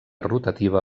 rotativa